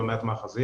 לא מעט מאחזים,